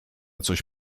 coś